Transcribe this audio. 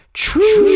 True